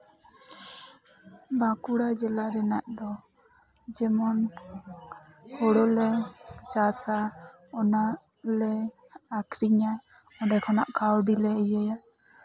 ᱵᱟᱸᱠᱩᱲᱟ ᱡᱮᱞᱟ ᱨᱮᱱᱟᱜ ᱫᱚ ᱡᱮᱢᱚᱱ ᱦᱳᱲᱳᱞᱮ ᱪᱟᱥᱼᱟ ᱚᱱᱟᱞᱮ ᱟᱠᱷᱨᱤᱧᱟ ᱚᱸᱰᱮ ᱠᱷᱚᱱᱟᱜ ᱠᱟᱹᱣᱰᱤᱞᱮ ᱤᱭᱟᱹᱭᱟ